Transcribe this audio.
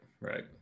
Right